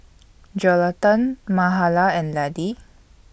Jonatan Mahala and Laddie